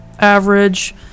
average